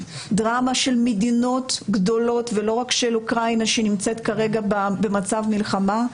דרמה של מדינות גדולות ולא רק של אוקראינה שנמצאת כרגע במצב מלחמה,